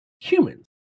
humans